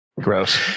Gross